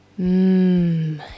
Mmm